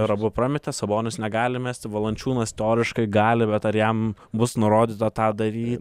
ir abu prametė sabonis negali mesti valančiūnas teoriškai gali bet ar jam bus nurodyta tą daryt